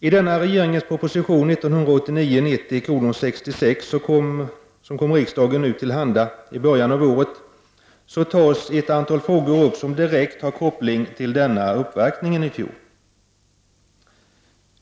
I regeringens proposition 1989/90:66 som kom riksdagen till handa i början av detta år togs ett antal frågor upp som har direkt koppling till uppvaktningen i fjol.